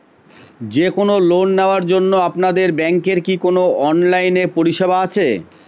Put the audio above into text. যে কোন লোন নেওয়ার জন্য আপনাদের ব্যাঙ্কের কি কোন অনলাইনে পরিষেবা আছে?